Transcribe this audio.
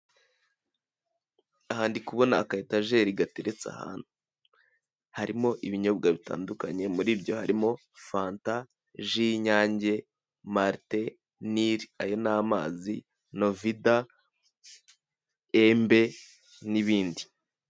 Aha ndikubona aka etageri gateretse ahantu, harimo ibinyobwa bitandukanye muri byo harimo fanta, ji y'Inyange, marite, nili ayo ni amazi, novida, embe n'ibindi.